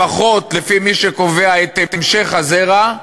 לפחות לפי מי שקובע את המשך הזרע,